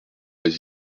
les